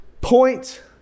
point